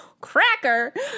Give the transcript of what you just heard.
cracker